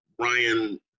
Ryan